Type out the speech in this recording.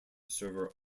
server